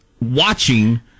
watching